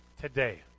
Today